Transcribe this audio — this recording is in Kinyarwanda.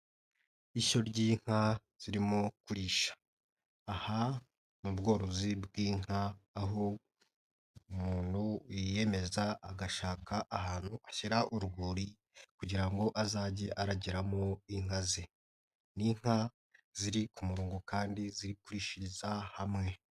Ishyo ry'inka zirimo kurisha, aha mu bworozi bw'inka aho umuntu yiyemeza agashaka ahantu ashyira urwuri kugira ngo azajye aragiramo inka ze, n'inka ziri ku murongo kandi ziri kurishiriza hamwe.